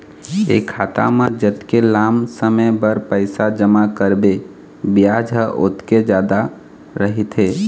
ए खाता म जतके लाम समे बर पइसा जमा करबे बियाज ह ओतके जादा रहिथे